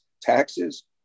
taxes